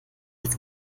als